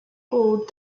gold